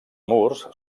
murs